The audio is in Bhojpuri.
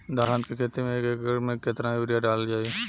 धान के खेती में एक एकड़ में केतना यूरिया डालल जाई?